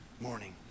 morning